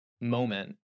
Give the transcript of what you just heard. moment